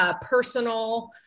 personal